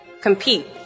compete